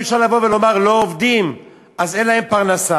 אי-אפשר לבוא ולומר: הם לא עובדים אז אין להם פרנסה.